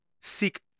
seek